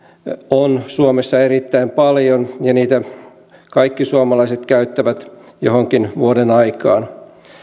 on suomessa erittäin paljon ja niitä kaikki suomalaiset käyttävät johonkin vuodenaikaan